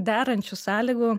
derančių sąlygų